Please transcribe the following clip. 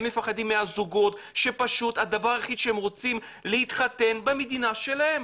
הם מפחדים מהזוגות שפשוט הדבר היחיד שהם רוצים זה להתחתן במדינה שלהם.